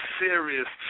serious